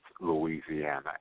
Louisiana